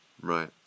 right